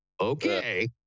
okay